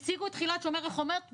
הציגו את תחילת שומר החומות מתי?